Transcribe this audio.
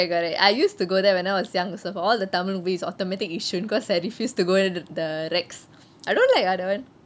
correct correct I used to go there when I was younger so for all the tamil movies automatic yishun because I refuse to go the rex I don't like ah that [one]